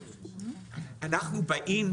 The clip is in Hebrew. אנחנו באים